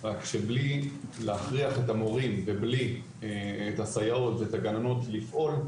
רק שבלי להכריח את המורים ובלי את הסייעות ואת הגננות לפעול,